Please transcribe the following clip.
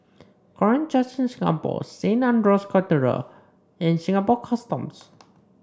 Korean Church in Singapore Saint Andrew's Cathedral and Singapore Customs